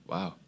Wow